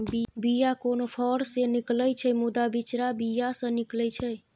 बीया कोनो फर सँ निकलै छै मुदा बिचरा बीया सँ निकलै छै